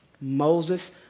Moses